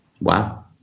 Wow